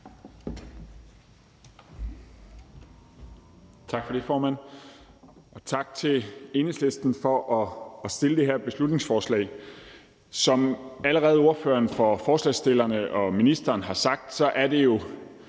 Tak for det, formand, og tak til Enhedslisten for at fremsætte det her beslutningsforslag. Som ordføreren for forslagsstillerne og ministeren allerede har sagt, er det jo